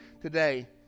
today